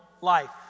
life